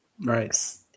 Right